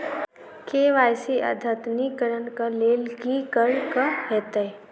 KYC अद्यतनीकरण कऽ लेल की करऽ कऽ हेतइ?